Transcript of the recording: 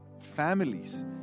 families